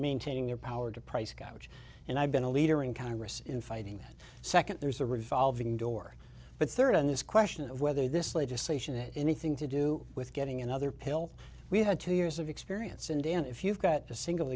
maintaining their power to price gouge and i've been a leader in congress in fighting second there's a revolving door but third on this question of whether this legislation is anything to do with getting another pill we had two years of experience in dan if you've got the single